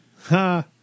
Ha